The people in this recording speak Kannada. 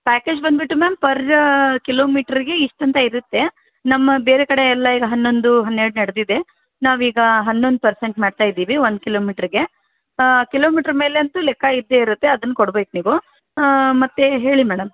ಪ್ಯಾಕೇಜ್ ಬಂದ್ಬಿಟ್ಟು ಮ್ಯಾಮ್ ಪರ್ ಕಿಲೋಮೀಟ್ರಿಗೆ ಇಷ್ಟು ಅಂತ ಇರತ್ತೆ ನಮ್ಮ ಬೇರೆ ಕಡೆ ಎಲ್ಲ ಈಗ ಹನ್ನೊಂದು ಹನ್ನೆರಡು ನಡ್ದಿದೆ ನಾವು ಈಗ ಹನ್ನೊಂದು ಪರ್ಸೆಂಟ್ ಮಾಡ್ತಾ ಇದ್ದೀವಿ ಒಂದು ಕಿಲೋಮೀಟ್ರಿಗೆ ಕಿಲೋ ಮೀಟ್ರ್ ಮೇಲೆ ಅಂತೂ ಲೆಕ್ಕ ಇದ್ದೇ ಇರತ್ತೆ ಅದನ್ನ ಕೊಡ್ಬೇಕು ನೀವು ಮತ್ತು ಹೇಳಿ ಮೇಡಮ್